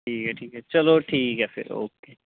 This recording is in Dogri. ठीक ऐ ठीक ऐ चलो ठीक ऐ फिर ओके